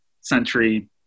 century